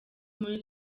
muri